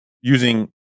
Using